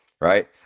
right